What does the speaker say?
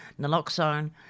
Naloxone